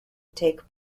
take